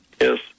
Yes